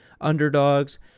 underdogs